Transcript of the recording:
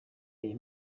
iyi